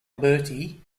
bertie